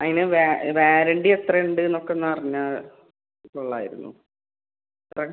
അതിന് വാ വാരണ്ടി എത്രയുണ്ട് എന്നൊക്കെ അറിഞ്ഞാൽ കൊള്ളാമായിരുന്നു എത്ര ആണ്